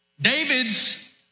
David's